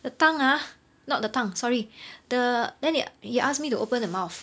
the tongue ah not the tongue sorry the then the~ he asked me to open the mouth